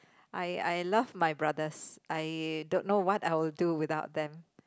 I I love my brothers I don't know what I will do without them